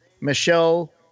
Michelle